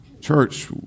Church